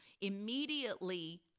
Immediately